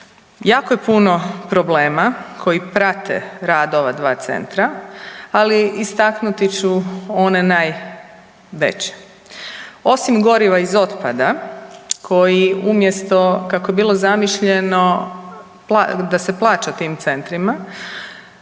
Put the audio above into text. jako je puno problema koji prate rad ova dva centra, ali istaknuti ću one najveće. Osim goriva iz otpada koji umjesto kako je bilo zamišljeno da se plaća tim centrima,